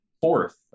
fourth